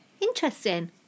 Interesting